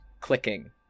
clicking